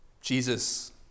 Jesus